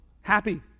happy